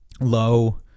Low